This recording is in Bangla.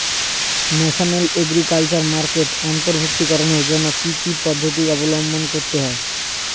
ন্যাশনাল এগ্রিকালচার মার্কেটে অন্তর্ভুক্তিকরণের জন্য কি কি পদ্ধতি অবলম্বন করতে হয়?